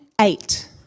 eight